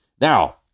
Now